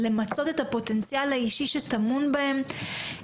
למצות את הפוטנציאל האישי שטמון בהם.